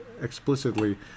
explicitly